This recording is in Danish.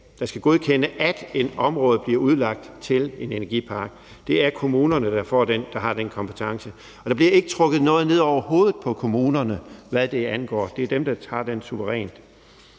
som skal godkende, at et område bliver udlagt til energipark. Det er kommunerne, der har den kompetence. Der bliver ikke trukket noget ned over hovedet på kommunerne, hvad det angår, det er dem, der tager den suverænt.